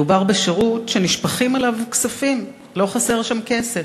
מדובר בשירות שנשפכים אליו כספים, לא חסר שם כסף,